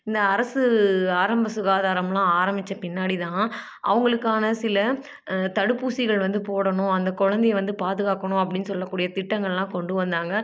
இந்த அரசு ஆரம்ப சுகாதாரம் எல்லாம் ஆரம்பித்த பின்னாடி தான் அவங்களுக்கான சில தடுப்பூசிகள் வந்து போடணும் அந்த குழந்தைய வந்து பாதுகாக்கணும் அப்படின்னு சொல்லக்கூடிய திட்டங்கள் எல்லாம் கொண்டு வந்தாங்க